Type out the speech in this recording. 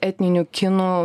etninių kinų